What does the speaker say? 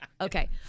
Okay